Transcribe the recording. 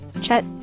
Chet